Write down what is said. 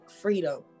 freedom